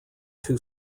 two